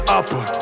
upper